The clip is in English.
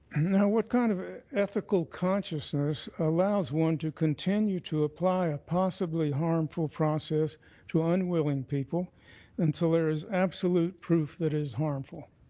what kind of an ethical consciousness allows one to continue to apply a possibly harmful process to unwilling people until there is absolute proof it is harmful.